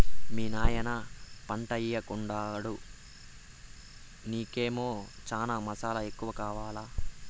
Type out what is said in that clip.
మీ నాయన పంటయ్యెకుండాడు నీకేమో చనా మసాలా ఎక్కువ కావాలా